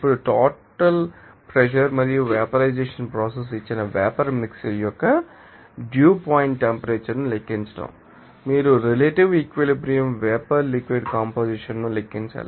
ఇప్పుడు total pressure మరియు vapour composition ఇచ్చిన వేపర్ మిక్శ్చర్ యొక్క డ్యూ పాయింట్ టెంపరేచర్ ను లెక్కించండి మీరు relative equilibrium vapour liquid composition ను లెక్కించాలి